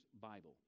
Bible